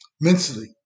mentally